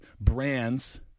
brands